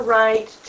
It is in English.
right